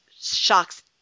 shocks